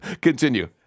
continue